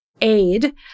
aid